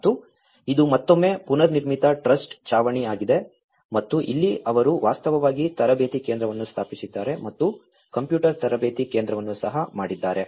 ಮತ್ತು ಇದು ಮತ್ತೊಮ್ಮೆ ಪೂರ್ವನಿರ್ಮಿತ ಟ್ರಸ್ಡ್ ಛಾವಣಿ ಆಗಿದೆ ಮತ್ತು ಇಲ್ಲಿ ಅವರು ವಾಸ್ತವವಾಗಿ ತರಬೇತಿ ಕೇಂದ್ರವನ್ನು ಸ್ಥಾಪಿಸಿದ್ದಾರೆ ಮತ್ತು ಕಂಪ್ಯೂಟರ್ ತರಬೇತಿ ಕೇಂದ್ರವನ್ನೂ ಸಹ ಮಾಡಿದ್ದಾರೆ